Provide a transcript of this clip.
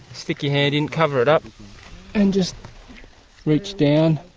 stick your hand in, cover it up and just reach down.